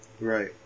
Right